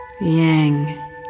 Yang